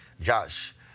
josh